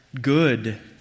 good